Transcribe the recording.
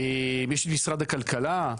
ויש את משרד הכלכלה.